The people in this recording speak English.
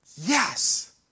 yes